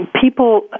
people